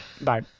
Bye